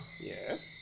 Yes